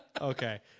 Okay